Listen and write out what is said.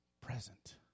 present